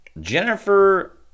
Jennifer